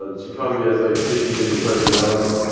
ah she probably has, like, fifty different personalities